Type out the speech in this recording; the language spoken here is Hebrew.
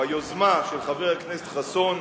או היוזמה של חבר הכנסת חסון,